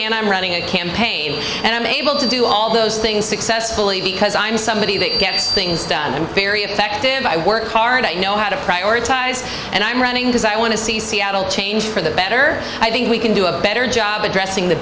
and i'm running a campaign and i'm able to do all those things successfully because i'm somebody that gets things done i'm very effective and i work hard i know how to prioritize and i'm running because i want to see seattle change for the better i think we can do a better job addressing the